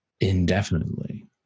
indefinitely